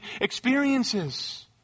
experiences